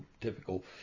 typical